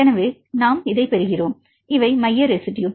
எனவே நாம் பெறுகிறோம் இவை மைய ரெஸிட்யு